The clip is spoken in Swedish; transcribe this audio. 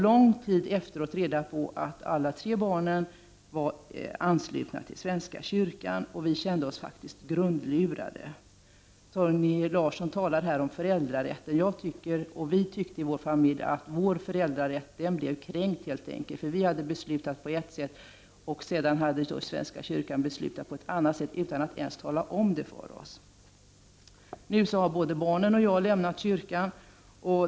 Lång tid efteråt fick vi reda på att alla tre barnen var anslutna till svenska kyrkan. Vi kände oss grundlurade. Torgny Larsson talar här om föräldrarätten. Vi tyckte i vår familj att vår föräldrarätt blev kränkt. Vi hade beslutat på ett sätt, och sedan hade svenska kyrkan beslutat på ett annat sätt utan att ens tala om det för oss. Nu har både barnen och jag lämnat kyrkan.